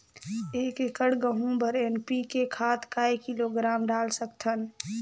एक एकड़ गहूं बर एन.पी.के खाद काय किलोग्राम डाल सकथन?